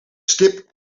stip